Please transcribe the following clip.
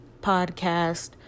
podcast